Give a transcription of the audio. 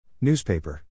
Newspaper